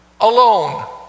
alone